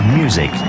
music